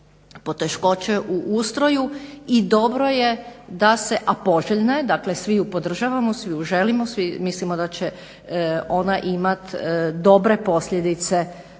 poteškoće u ustroju i dobro je da se, a poželjna je, dakle svi ju podržavamo, svi ju želimo, svi mislimo da će ona imat dobre posljedice,